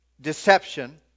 deception